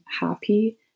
happy